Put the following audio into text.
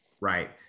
Right